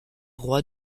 roi